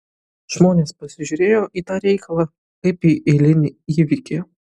žmonės pasižiūrėjo į tą reikalą kaip į eilinį įvykį